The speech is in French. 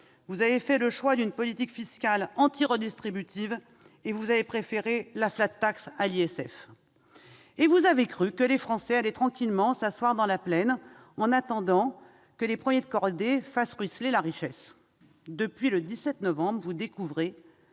vous avez fait le choix d'une politique fiscale anti-redistributive en préférant la à l'ISF. Vous avez cru que les Français allaient tranquillement s'asseoir dans la plaine en attendant que les « premiers de cordée » fassent ruisseler la richesse ! Depuis le 17 novembre, vous découvrez